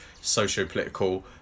socio-political